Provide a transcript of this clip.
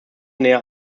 näher